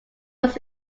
was